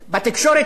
בכל הערוצים,